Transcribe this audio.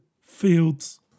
Fields